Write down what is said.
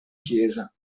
chiesa